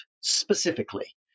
specifically